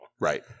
Right